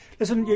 Listen